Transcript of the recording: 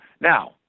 Now